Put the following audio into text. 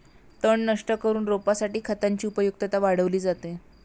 तण नष्ट करून रोपासाठी खतांची उपयुक्तता वाढवली जाते